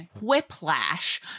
whiplash